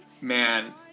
Man